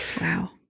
Wow